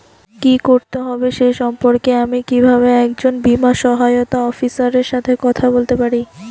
কী করতে হবে সে সম্পর্কে আমি কীভাবে একজন বীমা সহায়তা অফিসারের সাথে কথা বলতে পারি?